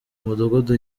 mudugudu